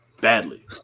badly